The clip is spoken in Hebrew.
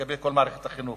אלא לגבי כל מערכת החינוך.